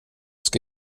ska